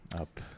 up